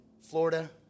Florida